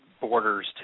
borders